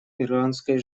иранской